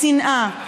השנאה,